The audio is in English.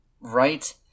right